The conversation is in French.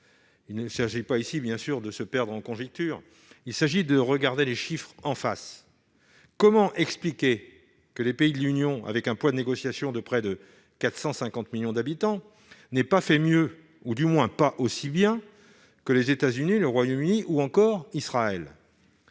il s'agit ici non pas de se perdre en conjectures, mais de regarder les chiffres en face. Comment expliquer que les pays de l'Union, avec un poids de négociation de près de 450 millions d'habitants, n'aient pas fait mieux, ou du moins pas aussi bien, que les États-Unis, le Royaume-Uni ou encore Israël ?